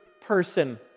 person